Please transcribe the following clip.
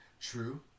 True